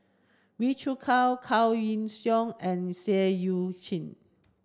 Wee Cho Kaw Kaw and Seah Eu Chin